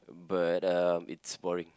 but um it's boring